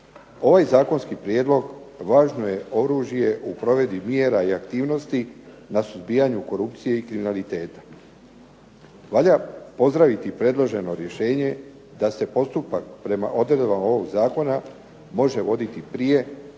Ovaj zakonski prijedlog važno je oružje u provedbi mjera i aktivnosti na suzbijanju korupcije i kriminaliteta. Valja pozdraviti predloženo rješenje da se postupak prema odredbama ovog zakona može voditi prije,